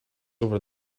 over